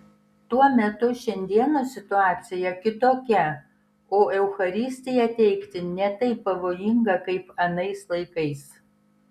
tuo metu šiandienos situacija kitokia o eucharistiją teikti ne taip pavojinga kaip anais laikais